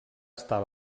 estar